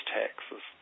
taxes